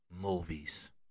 movies